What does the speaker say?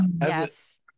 Yes